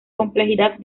complejidad